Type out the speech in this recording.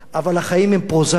אבל החיים הם פרוזאיים,